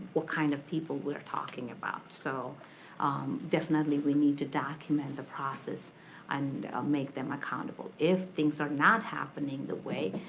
what kind of people we're talking about. so definitely we need to document the process and make them accountable. if things are not happening the way,